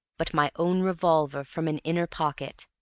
but my own revolver from an inner pocket.